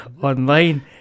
online